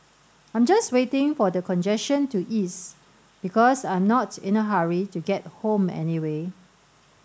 I'm just waiting for the congestion to ease because I'm not in a hurry to get home anyway